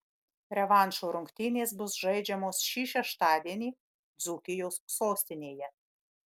revanšo rungtynės bus žaidžiamos šį šeštadienį dzūkijos sostinėje